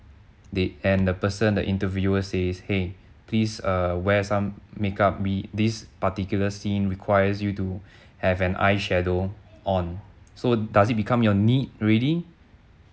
they and the person the interviewer says !hey! please err wear some makeup be this particular scene requires you to have an eyeshadow on so does it become your need already